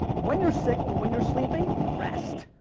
when you're sick or when you're sleeping, rest.